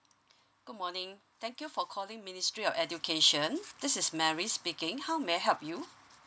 good morning thank you for calling ministry of education this is mary speaking how may I help you